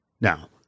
Now